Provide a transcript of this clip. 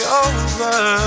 over